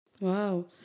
Wow